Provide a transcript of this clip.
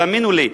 תאמינו לי.